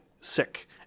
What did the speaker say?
sick